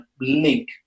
link